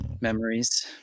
memories